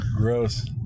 Gross